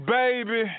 baby